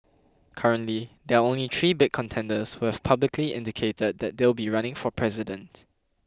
currently there are only three big contenders who've publicly indicated that they'll be running for president